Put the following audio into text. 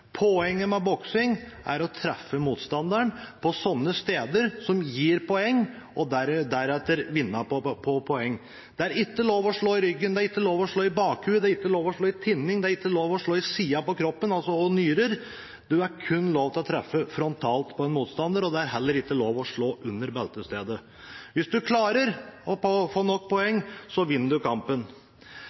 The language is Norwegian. Poenget med boksing er å treffe motstanderen på sånne steder som gir poeng, for deretter å vinne på poeng. Det er ikke lov å slå i ryggen, det er ikke lov å slå i bakhodet, det er ikke lov å slå i tinningen, og det er ikke lov å slå i siden på kroppen, altså treffe nyrer – det er kun lov å treffe frontalt på en motstander. Det er heller ikke lov å slå under beltestedet. Hvis man klarer å få nok poeng, vinner man kampen.